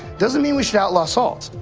doesn't mean we should outlaw salt.